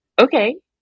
Okay